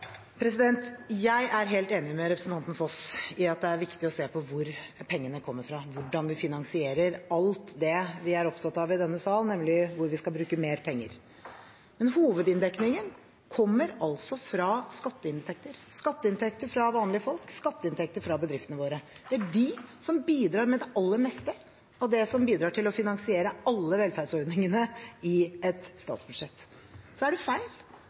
Jeg er helt enig med representanten Skaugvoll Foss i at det er viktig å se på hvor pengene kommer fra, hvordan vi finansierer alt det vi er opptatt av i denne sal, nemlig hvor vi skal bruke mer penger. Men hovedinndekningen kommer altså fra skatteinntekter – skatteinntekter fra vanlige folk, skatteinntekter fra bedriftene våre. Det er de som bidrar med det aller meste av det som finansierer alle velferdsordningene i et statsbudsjett. Så er det feil